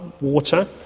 water